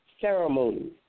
ceremonies